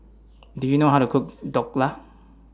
Do YOU know How to Cook Dhokla